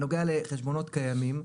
בנוגע לחשבונות קיימים,